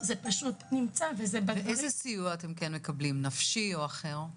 איזה סיוע אתם מקבלים, נפשי או אחר?